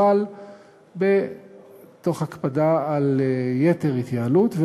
אבל תוך הקפדה על יתר התייעלות.